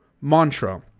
mantra